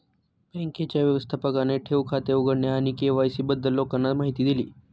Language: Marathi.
बँकेच्या व्यवस्थापकाने ठेव खाते उघडणे आणि के.वाय.सी बद्दल लोकांना माहिती दिली